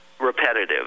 repetitive